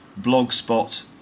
blogspot